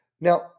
Now